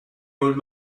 old